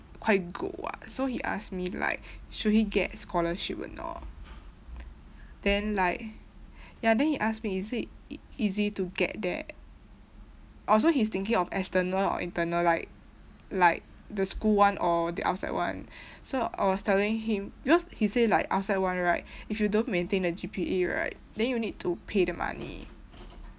quite good [what] so he asked me like should he get scholarship or not then like ya then he asked me is it easy to get that orh so he's thinking of external or internal like like the school one or the outside one so I was telling him because he say like outside one right if you don't maintain a G_P_A right then you need to pay the money